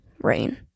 rain